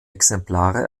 exemplare